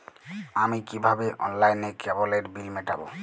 আমি কিভাবে অনলাইনে কেবলের বিল মেটাবো?